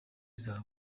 zawe